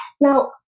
Now